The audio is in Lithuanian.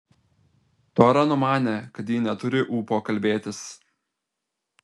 tora numanė kad ji neturi ūpo kalbėtis